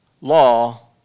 law